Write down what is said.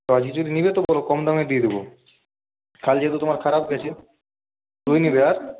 তো আজকে যদি নেবে তো বলো কম দামে দিয়ে দেবো কাল যেহেতু তোমার খারাপ গেছে রুই নেবে আর